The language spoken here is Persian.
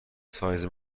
سایز